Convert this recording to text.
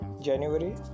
January